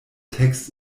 text